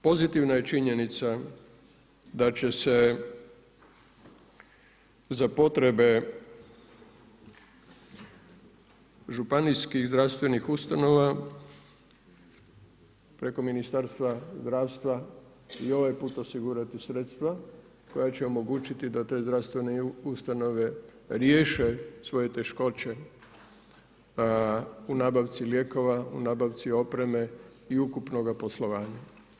Pozitivna je činjenica da će se za potrebe županijskih zdravstvenih ustanova, preko Ministarstva zdravstva i ovaj put osigurati sredstva, koja će omogućiti da te zdravstvene ustanove riješe svoje teškoće u nabavci lijekova, u nabavci opreme i ukupnog poslovanja.